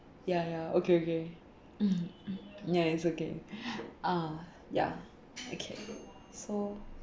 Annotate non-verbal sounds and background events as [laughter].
ya ya okay okay [coughs] ya it's okay ah ya okay so